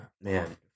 man